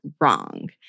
wrong